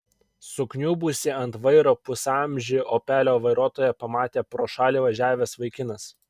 sukniubusį ant vairo pusamžį opelio vairuotoją pamatė pro šalį važiavęs vaikinas